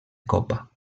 copa